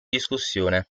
discussione